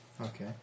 Okay